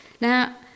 Now